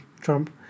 Trump